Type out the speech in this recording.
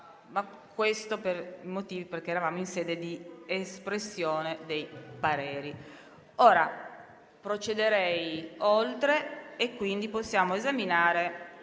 Capigruppo, perché eravamo in sede di espressione dei pareri. Ora procederei oltre e quindi possiamo esaminare